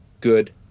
good